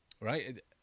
Right